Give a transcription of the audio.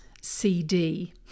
CD